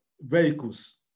vehicles